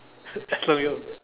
as long you'll